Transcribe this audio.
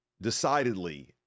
decidedly